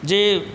ये